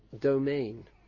domain